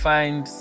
Find